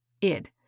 Id